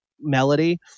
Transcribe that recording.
melody